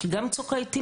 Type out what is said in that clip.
כי גם בצוק העתים